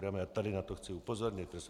A tady na to chci upozornit.